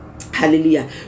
Hallelujah